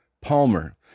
Palmer